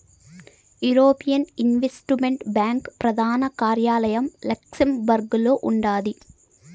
European investment bank ప్రదాన కార్యాలయం లక్సెంబర్గులో ఉండాది